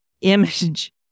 image